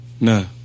No